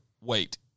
wait